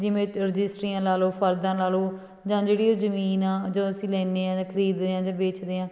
ਜਿਵੇਂ ਰਜਿਸਟਰੀਆਂ ਲਗਾ ਲਓ ਫਰਦਾਂ ਲਗਾ ਲਓ ਜਾਂ ਜਿਹੜੀ ਉਹ ਜ਼ਮੀਨ ਆ ਜੋ ਅਸੀਂ ਲੈਨੇ ਹਾਂ ਜਾਂ ਖਰੀਦਦੇ ਹਾਂ ਜਾਂ ਵੇਚਦੇ ਹਾਂ